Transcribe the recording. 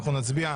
אנחנו נצביע על